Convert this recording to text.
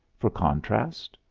for contrast,